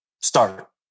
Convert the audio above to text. start